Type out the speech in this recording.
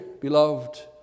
beloved